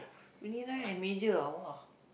twenty nine and major ah !wah!